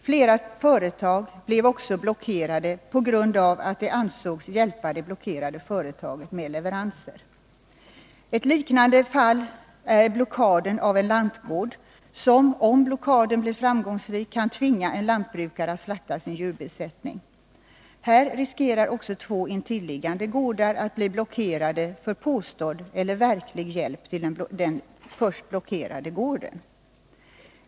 Flera företag blev också blockerade på grund av att de ansågs hjälpa det blockerade företaget med leveranser. Ett liknande fall är blockaden av en lantgård som, om blockaden blir framgångsrik, kan tvinga en lantbrukare att slakta sin djurbesättning. Här riskerar också två intilliggande gårdar att bli blockerade för påstådd eller verklig hjälp till den först blockerade gården.